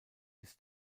bis